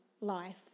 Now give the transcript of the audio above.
life